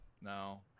No